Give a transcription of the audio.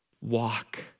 walk